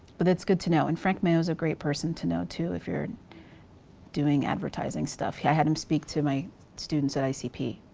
but that's good to know and frank mao's a good person to know too if you're doing advertising stuff. yeah i had him speak to my students at icp.